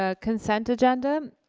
ah consent agenda.